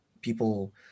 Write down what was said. people